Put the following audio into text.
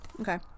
okay